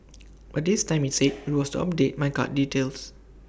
but this time IT said IT was to update my card details